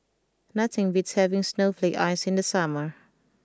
nothing beats having snowflake ice in the summer